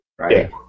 Right